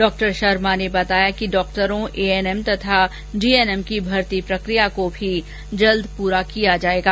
डॉ शर्मा ने बताया कि डॉक्टरों एएनएम तथा जीएनएम की भर्ती प्रक्रिया को भी जल्द पूरा किया जाएगा